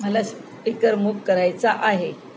मला स्पीकर मूक करायचा आहे